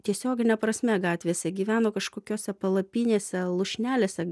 tiesiogine prasme gatvėse gyveno kažkokiose palapinėse lūšnelėse